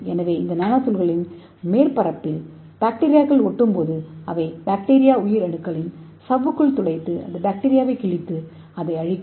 எனவே இந்த நானோ தூண்களின் மேற்பரப்பில் பாக்டீரியாக்கள் ஒட்டும்போது அவை பாக்டீரியா உயிரணுக்களின் சவ்வுக்குள் துளைத்து அது பாக்டீரியாவைக் கிழித்து அதை அழிக்கும்